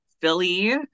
philly